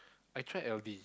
I tried L_D